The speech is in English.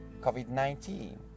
covid-19